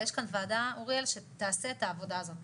ויש כאן ועדה, אוריאל, שתעשה את העבודה הזאת.